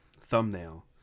thumbnail